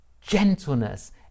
Gentleness